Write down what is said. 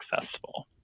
successful